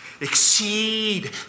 exceed